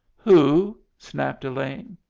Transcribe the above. who? snapped elaine.